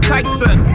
Tyson